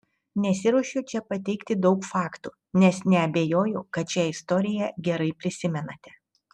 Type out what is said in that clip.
nesiruošiu čia pateikti daug faktų nes neabejoju kad šią istoriją gerai prisimenate